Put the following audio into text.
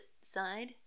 side